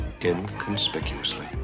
inconspicuously